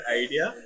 idea